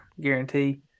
guarantee